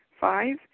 Five